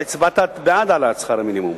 אתה הצבעת בעד העלאת שכר המינימום.